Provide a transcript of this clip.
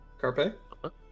Carpe